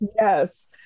Yes